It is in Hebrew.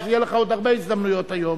אז יהיו לך עוד הרבה הזדמנויות היום.